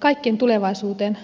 kaikkien tulevaisuuteen lapsiin